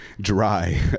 Dry